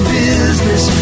business